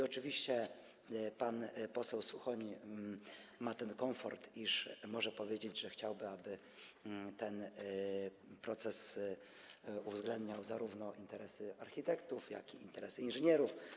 Oczywiście pan poseł Suchoń ma ten komfort, iż może powiedzieć, że chciałby, aby w tym procesie uwzględniono zarówno interesy architektów, jak i interesy inżynierów.